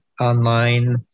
online